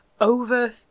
over